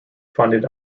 funded